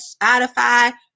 Spotify